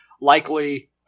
Likely